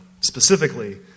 Specifically